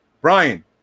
Brian